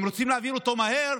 הם רוצים להעביר אותו מהר,